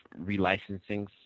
relicensing